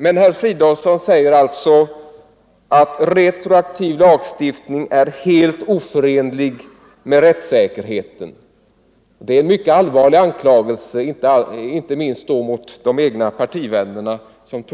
Men herr Fridolfsson säger alltså att retroaktiv lagstiftning är helt oförenlig med rättssäkerheten. Det är en mycket allvarlig anklagelse inte minst mot egna partivänner. Om